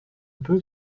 peu